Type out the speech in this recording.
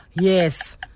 Yes